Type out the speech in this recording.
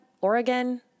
Oregon